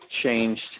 changed